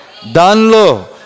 Danlo